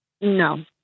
No